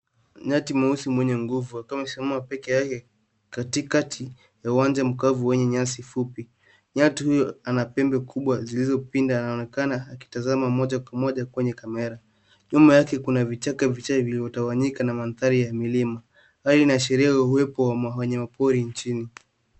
Nyati mweusi mwenye nguvu akiwa amesimama peke yake yake katikati ya uwanja makavu wenye nyasi fupi. Nyati huyu anapembe kubwa zilizo pinda na anaonekana akitazama moja kwa moja kwenye kamera. Nyuma yake kuna vichaka vichache vilivyo tawanyika na mandhari ya milila ambayo inaashiria uwepo wa wanyama pori nchini